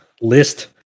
list